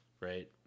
right